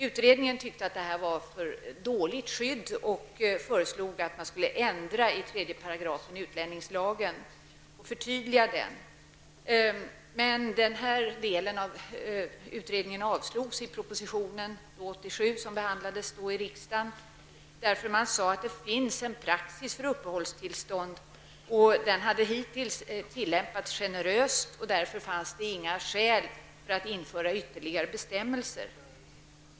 Utredningen ansåg att detta skydd var för dåligt och föreslog en ändring i 3 § utlänningslagen och ett förtydligande av den. Men denna del av utredningen avstyrktes i propositionen som behandlades 1987 i riksdagen. Det sades att det fanns en praxis för uppehållstillstånd som dittills hade tillämpats generöst och att det därför inte fanns något skäl att införa ytterligare bestämmelser.